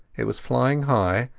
it was flying high,